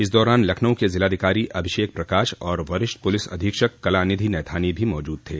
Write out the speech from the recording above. इस दौरान लखनऊ के जिलाधिकारी अभिषेक प्रकाश और वरिष्ठ पुलिस अधीक्षक कलानिधि नैथानी भी मौजूद थे